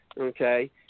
Okay